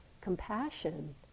compassion